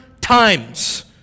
times